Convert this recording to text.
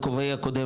בכובעי הקודם,